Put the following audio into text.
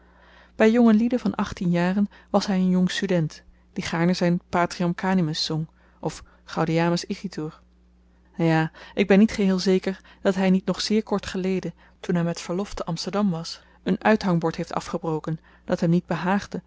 by jongelieden van achttien jaren was hy een jong student die gaarne zyn patriam canimus zong of gaudeamus igitur ja ik ben niet geheel zeker dat hy niet nog zeer kort geleden toen hy met verlof te amsterdam was een uithangbord heeft afgebroken dat hem niet